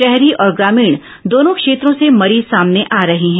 शहरी और ग्रामीण दोनों क्षेत्रों से मरीज सामने आ रहे हैं